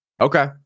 Okay